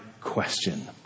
question